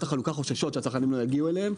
החלוקה חוששות שהצרכנים לא יגיעו אליהם.